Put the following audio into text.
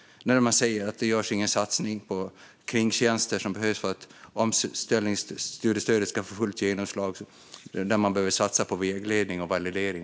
De säger att det inte görs någon satsning på kringtjänster som behövs för att omställningsstudiestödet ska få fullt genomslag, och att man även behöver satsa på vägledning och validering.